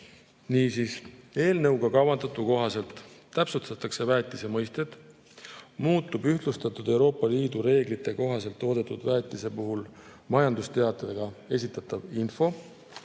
Niisiis, eelnõuga kavandatu kohaselt täpsustatakse väetise mõistet, muutub ühtlustatud Euroopa Liidu reeglite kohaselt toodetud väetise puhul majandusteatega esitatav info,